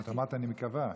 אמרת "אני מקווה".